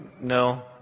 no